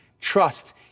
Trust